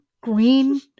green